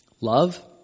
Love